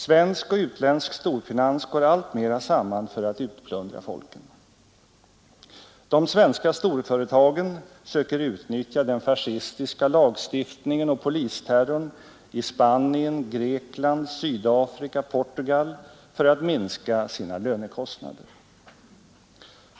Svensk och utländsk storfinans går alltmera samman för att utplundra folken. De svenska storföretagen söker utnyttja den fascistiska lagstiftningen och polisterrorn i Spanien, Grekland, Sydafrika och Portugal för att minska sina lönekostnader.